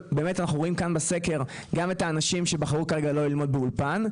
שאנחנו רואים כאן בסקר גם את האנשים שבחרו כרגע לא ללמוד באולפן,